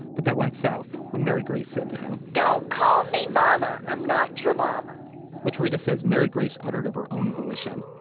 but that went south when mary grace said to him don't call me mama. i'm not your mama which reta says mary grace uttered of her own volition.